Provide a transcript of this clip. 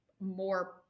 more